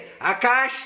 Akash